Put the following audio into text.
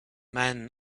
men